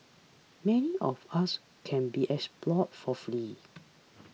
many of us can be explored for free